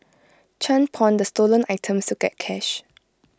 chan pawned the stolen items to get cash